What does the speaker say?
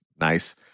nice